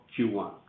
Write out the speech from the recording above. Q1